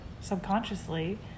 subconsciously